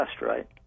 right